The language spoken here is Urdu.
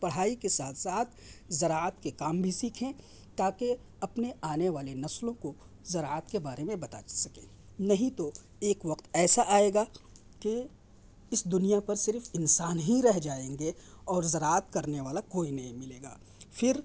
پڑھائی کے ساتھ ساتھ زراعت کے کام بھی سیکھیں تاکہ اپنے آنے والی نسلوں کو زراعت کے بارے میں بتا سکیں نہیں تو ایک وقت ایسا آئے گا کہ اس دنیا پر صرف انسان ہی رہ جائیں گے اور زراعت کرنے والا کوئی نہیں ملے گا پھر